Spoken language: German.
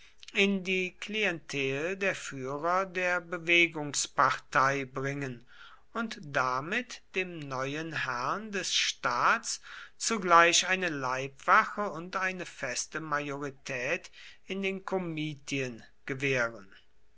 in die klientel der führer der bewegungspartei bringen und damit dem neuen herrn des staats zugleich eine leibwache und eine feste majorität in den komitien gewähren